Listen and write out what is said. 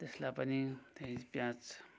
त्यसलाई पनि त्यही प्याज